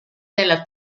della